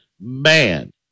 man